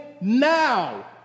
now